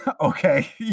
okay